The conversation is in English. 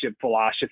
philosophy